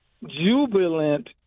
jubilant